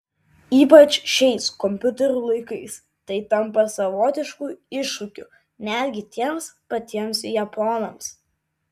ypač šiais kompiuterių laikais tai tampa savotišku iššūkiu netgi tiems patiems japonams